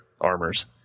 armors